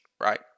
right